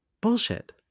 bullshit